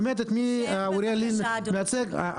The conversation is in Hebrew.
את מי אוריאל לין מייצג.